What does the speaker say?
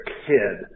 kid